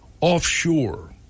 offshore